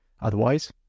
Otherwise